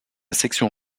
section